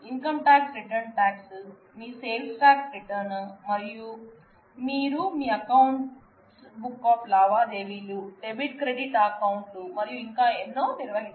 income tax return tax మీ sales tax return మరియు మరియు మీరు మీ అకౌంట్ స్ బుక్ ఆఫ్ లావాదేవీలు డెబిట్ క్రెడిట్ అకౌంట్ లు మరియు ఇంకా ఎన్నో నిర్వహిస్తాం